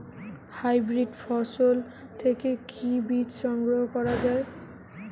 Hybrid ফসল থেকে কি বীজ সংগ্রহ করা য়ায়?